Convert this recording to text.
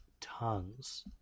tons